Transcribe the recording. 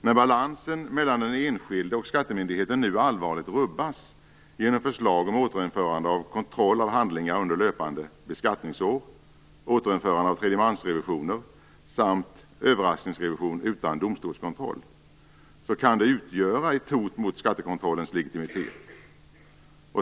När balansen mellan den enskilde och skattemyndigheten nu allvarligt rubbas genom förslag om återinförande av kontroll av handlingar under löpande beskattningsår, återinförande av tredjemansrevisioner samt överraskningsrevision utan domstolskontroll, kan det utgöra ett hot mot skattekontrollens legitimitet.